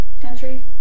country